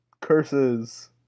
curses